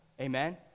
Amen